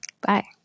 Bye